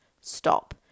stop